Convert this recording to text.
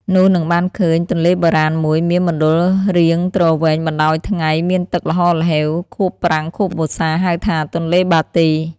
នោះនឹងបានឃើញទនេ្លបុរាណមួយ មានមណ្ឌលរាងទ្រវែងបណ្តោយថៃ្ង មានទឹកល្ហហ្ហេវ ខួបប្រាំងខួបវស្សា ហៅថា ទនេ្លបាទី។